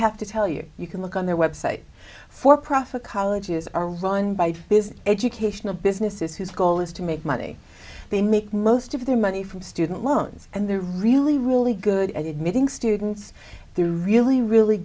have to tell you you can look on their website for profit colleges are run by business education of businesses whose goal is to make money they make most of their money from student loans and they're really really good at it meeting students the really really